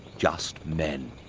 just men.